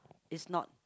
is not